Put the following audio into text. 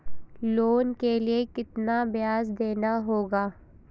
Loan के लिए कितना ब्याज देना होगा?